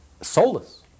soulless